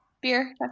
beer